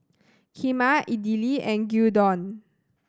Kheema Idili and Gyudon